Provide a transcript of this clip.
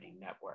Network